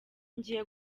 ngiye